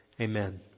Amen